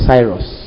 Cyrus